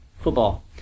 Football